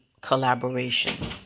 collaboration